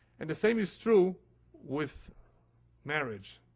and the same is true with marriage.